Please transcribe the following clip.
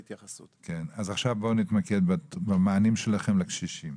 אוקיי, אז עכשיו בואו נתמקד במענים שלכם לקשישים.